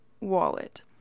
wallet